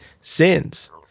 sins